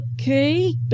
Okay